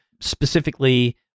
specifically